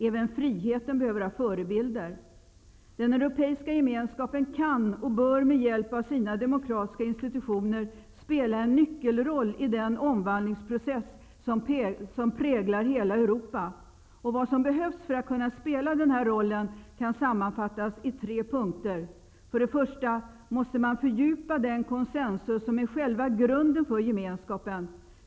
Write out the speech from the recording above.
Även friheten behöver ha förebilder. Den europeiska gemenskapen kan och bör med hjälp av sina demokratiska institutioner spela en nyckelroll i den omvandlingsprocess som präglar hela Europa. Vad som behövs för att kunna spela den här rollen kan sammanfattas i tre punkter: För det första måste man fördjupa den konsensus som är själva grunden för Gemenskapen.